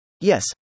Yes